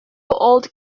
old